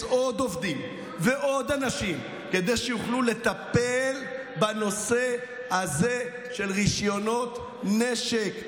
עוד עובדים ועוד אנשים כדי שיוכלו לטפל בנושא הזה של רישיונות נשק.